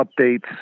updates